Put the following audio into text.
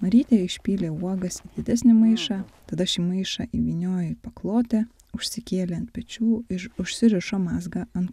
marytė išpylė uogas į didesnį maišą tada šį maišą įvyniojo į paklotę užsikėlė ant pečių ir užsirišo mazgą ank